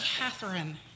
Catherine